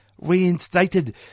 reinstated